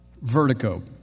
vertigo